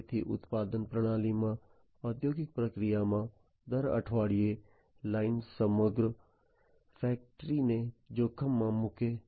તેથી ઉત્પાદન પ્રણાલીમાં ઔદ્યોગિક પ્રક્રિયામાં દર અઠવાડિયે લાઇન સમગ્ર ફેક્ટરીને જોખમમાં મૂકે છે